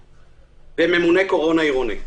וממונה קורונה עירוני.